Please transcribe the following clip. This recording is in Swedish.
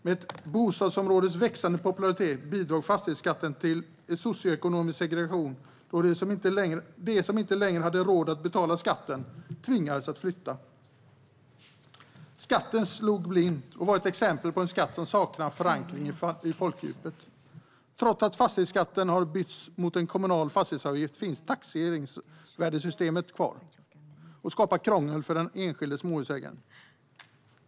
Med ett bostadsområdes växande popularitet bidrog fastighetsskatten till en socioekonomisk segregation, och de som inte längre hade råd att betala skatten tvingades flytta. Skatten slog blint och var ett exempel på en skatt som saknar förankring i folkdjupet. Trots att fastighetsskatten har bytts mot en kommunal fastighetsavgift finns taxeringsvärdessystemet kvar och skapar krångel för den enskilda småhusägaren.